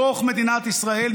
בתוך מדינת ישראל,